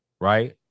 Right